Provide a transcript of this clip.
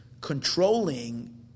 controlling